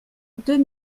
deux